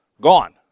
Gone